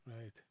Right